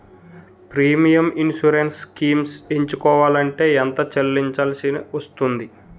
Premium insurance schemes ఎంచుకోవలంటే ఎంత చల్లించాల్సివస్తుంది??